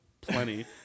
plenty